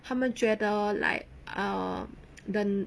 他们觉得 like um the